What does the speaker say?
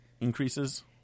increases